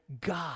God